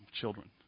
children